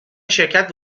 شرکت